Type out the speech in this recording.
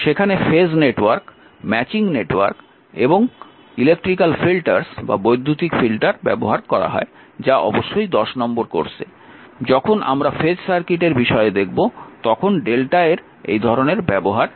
সেখানে phase network matching network এবং বৈদ্যুতিক ফিল্টার ব্যবহার করা হয় যা অবশ্যই 10 নম্বর কোর্সে যখন আমরা ফেজ সার্কিটের বিষয়ে শিখব তখন Δ এর এই ধরণের ব্যবহার দেখতে পাব